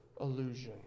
illusion